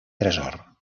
tresor